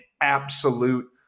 absolute